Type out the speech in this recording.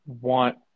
want